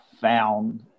found